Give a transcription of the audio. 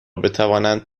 بتوانند